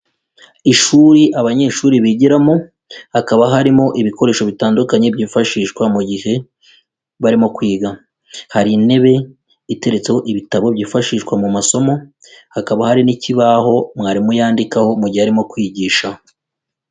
Ishuri abanyeshuri bigiramo, hakaba harimo ibikoresho bitandukanye byifashishwa mu gihe barimo kwiga, hari intebe iteretseho ibitabo byifashishwa mu masomo, hakaba hari n'ikibaho mwarimu yandikaho mu gihe arimo kwigisha.